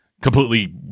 completely